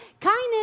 Kindness